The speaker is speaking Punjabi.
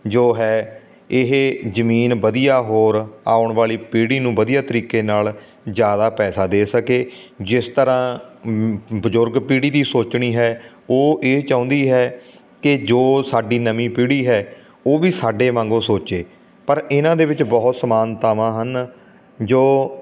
ਜੋ ਹੈ ਇਹ ਜ਼ਮੀਨ ਵਧੀਆ ਹੋਰ ਆਉਣ ਵਾਲੀ ਪੀੜ੍ਹੀ ਨੂੰ ਵਧੀਆ ਤਰੀਕੇ ਨਾਲ ਜ਼ਿਆਦਾ ਪੈਸਾ ਦੇ ਸਕੇ ਜਿਸ ਤਰ੍ਹਾਂ ਬਜ਼ੁਰਗ ਪੀੜ੍ਹੀ ਦੀ ਸੋਚਣੀ ਹੈ ਉਹ ਇਹ ਚਾਹੁੰਦੀ ਹੈ ਕਿ ਜੋ ਸਾਡੀ ਨਵੀਂ ਪੀੜ੍ਹੀ ਹੈ ਉਹ ਵੀ ਸਾਡੇ ਵਾਂਗੂੰ ਸੋਚੇ ਪਰ ਇਹਨਾਂ ਦੇ ਵਿੱਚ ਬਹੁਤ ਸਮਾਨਤਾਵਾਂ ਹਨ ਜੋ